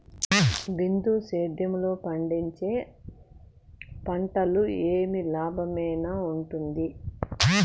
బిందు సేద్యము లో పండించే పంటలు ఏవి లాభమేనా వుంటుంది?